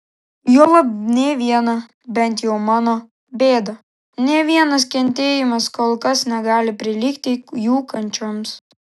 juolab nė viena bent jau mano bėda nė vienas kentėjimas kol kas negali prilygti jų kančioms